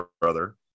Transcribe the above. brother